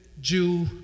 Jew